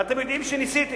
ואתם יודעים שניסיתי.